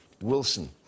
wilson